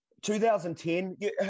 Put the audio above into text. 2010